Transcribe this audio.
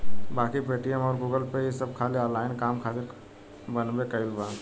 बाकी पेटीएम अउर गूगलपे ई सब खाली ऑनलाइन काम खातिर बनबे कईल बा